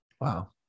Wow